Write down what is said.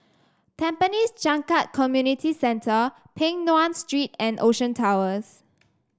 Tampines Changkat Community Centre Peng Nguan Street and Ocean Towers